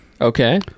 Okay